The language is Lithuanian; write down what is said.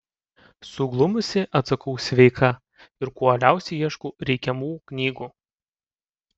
suglumusi atsakau sveika ir kuo uoliausiai ieškau reikiamų knygų